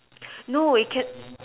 no it can